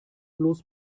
bloß